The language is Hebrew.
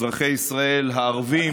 אזרחי ישראל הערבים.